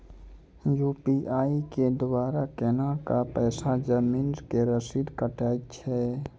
UPI के द्वारा केना कऽ पैसा जमीन के रसीद कटैय छै?